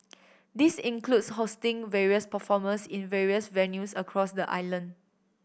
this includes hosting various performers in various venues across the island